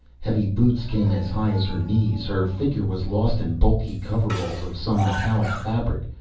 heavy boots came as high as her knees, her figure was lost in bulky coveralls of some metallic fabric.